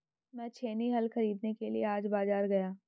मैं छेनी हल खरीदने के लिए आज बाजार गया